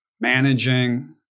managing